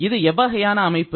இது எவ்வகையான அமைப்பு